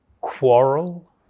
quarrel